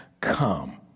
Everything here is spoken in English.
come